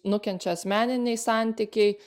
nukenčia asmeniniai santykiai